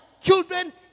children